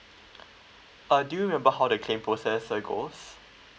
uh do you remember how the claim process uh goes